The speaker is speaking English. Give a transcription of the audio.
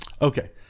okay